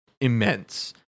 immense